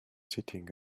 sitting